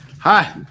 hi